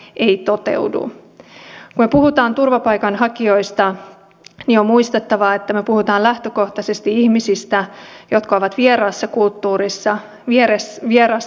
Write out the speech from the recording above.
kun me puhumme turvapaikanhakijoista niin on muistettava että me puhumme lähtökohtaisesti ihmisistä jotka ovat vieraassa kulttuurissa vieraassa kieliympäristössä